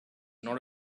not